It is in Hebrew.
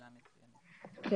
כן.